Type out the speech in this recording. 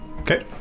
Okay